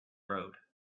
road